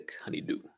Honeydew